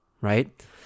Right